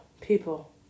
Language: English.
people